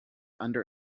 under